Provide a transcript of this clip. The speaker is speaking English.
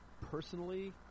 personally